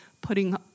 putting